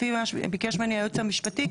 ביקש ממני הייעוץ המשפטי,